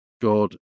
God